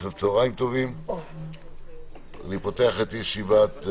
צהריים טובים, אני מתכבד לפתוח את הישיבה.